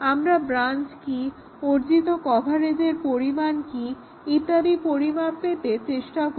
আমরা ব্রাঞ্চ কি অর্জিত কভারেজের পরিমান কি ইত্যাদি পরিমাপ করতে চেষ্টা করি